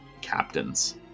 captains